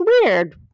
weird